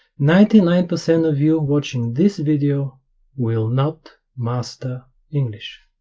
ninety nine percent of you watching this video will not master english